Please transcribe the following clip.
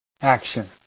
action